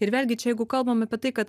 ir vėlgi čia jeigu kalbam apie tai kad